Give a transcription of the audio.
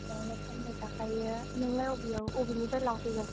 बेयावनो फानबाय थाखायो नोंलाय बबेयाव बबेनिफ्राय लांफैगोन